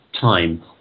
time